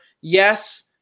Yes